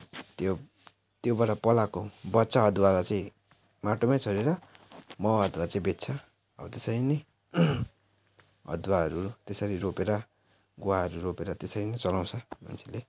त्यो त्योबाट पलाएको बच्चा अदुवालाई चाहिँ माटोमा छोडेर माउ अदुवा चाहिँ बेच्छ हो त्यसरी नै अदुवाहरू त्यसरी रोपेर गुवाहरू रोपेर त्यसरी नै चलाउँछ मान्छेले